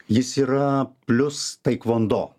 jis yra plius taikvondo